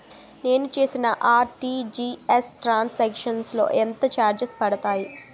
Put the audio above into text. నేను చేసిన RTGS transaction లో పై ఎంత చార్జెస్ పడతాయి?